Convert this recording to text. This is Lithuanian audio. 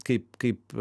kaip kaip